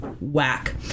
Whack